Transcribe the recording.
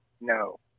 no